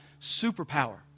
superpower